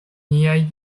niaj